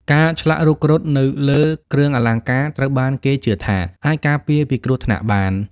ការឆ្លាក់រូបគ្រុឌនៅលើគ្រឿងអលង្ការត្រូវបានគេជឿថាអាចការពារពីគ្រោះថ្នាក់បាន។